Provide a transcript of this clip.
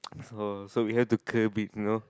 so we have to clear beef you know